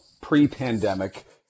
pre-pandemic